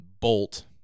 bolt